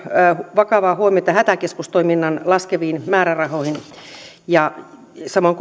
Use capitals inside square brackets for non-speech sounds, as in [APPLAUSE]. vakavaa huomiota hätäkeskustoiminnan laskeviin määrärahoihin samoin [UNINTELLIGIBLE]